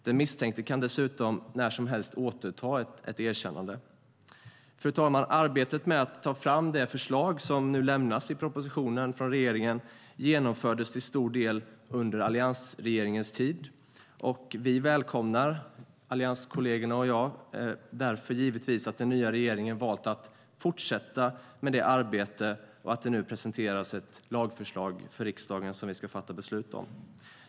Den misstänkte kan dessutom när som helst återta ett erkännande. Fru talman! Arbetet med att ta fram de förslag som nu lämnas i regeringens proposition genomfördes till stor del under alliansregeringens tid. Mina allianskolleger och jag välkomnar givetvis att den nya regeringen valt att fortsätta med det arbetet och att det nu presenteras ett lagförslag för riksdagen som vi ska fatta beslut om.